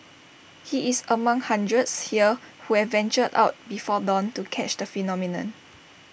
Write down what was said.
he is among hundreds here who have ventured out before dawn to catch the phenomenon